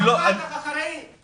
אני לא מכיר את זה.